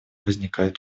возникает